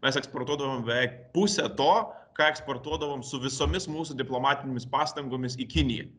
mes eksportuodavom beveik pusę to ką eksportuodavom su visomis mūsų diplomatinėmis pastangomis į kiniją